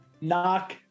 knock